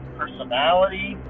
personality